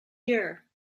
year